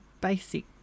basic